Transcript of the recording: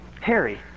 Harry